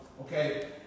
okay